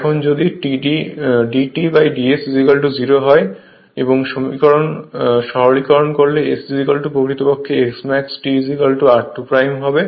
এখন যদি d Td S 0 হয় এবং সরলীকরণ করলে S প্রকৃতপক্ষে Smax T r2 হবে